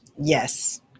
Yes